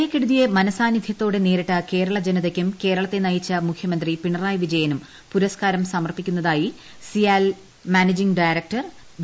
പ്രളയക്കെടുതിയെ മനസാന്നിധ്യത്തോടെ നേരിട്ട കേരള ജന്നരിയ്ക്കും കേരളത്തെ നയിച്ച മുഖ്യമന്ത്രി പിണറായി വിജയനും പ്പുരസ്കാരം സമർപ്പിക്കുന്നതായി സിയാലിൻ മാനേജിംഗ് ഡയറക്ടർ വി